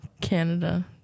Canada